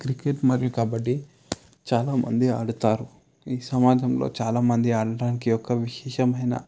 cricket మరియు కబడ్డీ చాలా మంది ఆడుతారు ఈ సమాజంలో చాలా మంది ఆడటానికి ఒక విశేషమైన